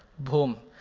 boom.